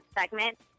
segment